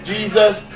Jesus